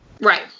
Right